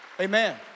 Amen